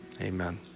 amen